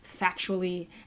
factually